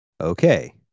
Okay